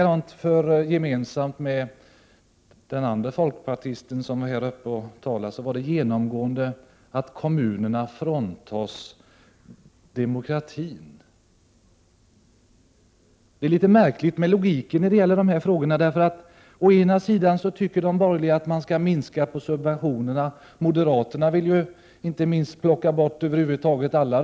Det genomgående i vad den andre folkpartisten som var uppe i talarstolen och vad Birgit Friggebo sade, är att kommunerna skulle fråntas sina demokratiska rättigheter. Det är en litet märklig logik i dessa frågor. De borgerliga tycker å ena sidan att man skall minska på subventionerna — inte minst moderaterna, som vill plocka bort alla räntesubventioner som över huvud taget finns.